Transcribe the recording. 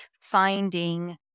finding